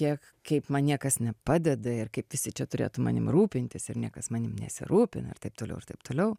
iek kaip man niekas nepadeda ir kaip visi čia turėtų manim rūpintis ir niekas manim nesirūpina ir taip toliau ir taip toliau